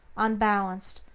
unbalanced,